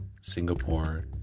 Singapore